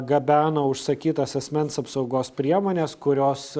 gabeno užsakytas asmens apsaugos priemones kurios